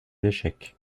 échecs